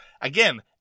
Again